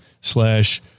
slash